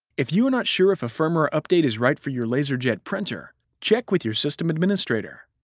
if you are not sure if a firmware update is right for your laserjet printer, check with your system administrator.